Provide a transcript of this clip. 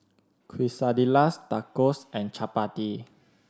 Quesadillas Tacos and Chapati